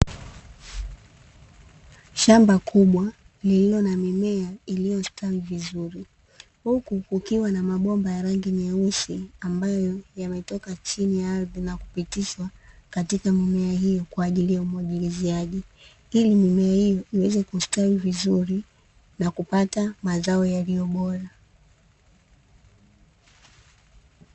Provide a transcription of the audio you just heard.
Shamba kubwa lililo na mimea iliyostawi vizuri, huku kukiwa na mabomba ya rangi nyeusi, ambayo yametoka chini ya ardhi na kupitishwa katika mimea hiyo kwa ajili ya umwagiliziaji, ili mimea hiyo iweze kustawi vizuri, na kupata mazao yaliyo bora.